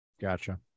Gotcha